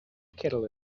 kettle